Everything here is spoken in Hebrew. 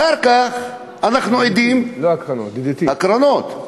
אחר כך אנחנו עדים, לא הקרנות, DDT. הקרנות.